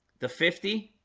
the fifty?